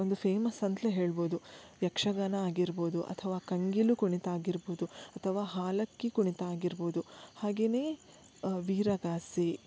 ಒಂದು ಫೇಮಸ್ ಅಂತಲೇ ಹೇಳ್ಬೋದು ಯಕ್ಷಗಾನ ಆಗಿರ್ಬೋದು ಅಥವಾ ಕಂಗೀಲು ಕುಣಿತ ಆಗಿರ್ಬೋದು ಅಥವಾ ಹಾಲಕ್ಕಿ ಕುಣಿತ ಆಗಿರ್ಬೋದು ಹಾಗೇನೇ ವೀರಗಾಸೆ